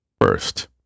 First